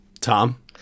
Tom